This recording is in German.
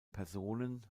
personen